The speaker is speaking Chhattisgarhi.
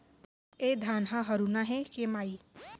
ए धान ह हरूना हे के माई?